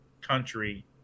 country